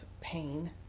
pain